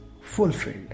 fulfilled